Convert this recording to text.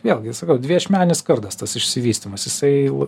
vėlgi sakau dviašmenis kardas tas išsivystymas jisai